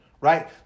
Right